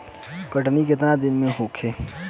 कटनी केतना दिन में होखे?